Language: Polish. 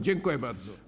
Dziękuję bardzo.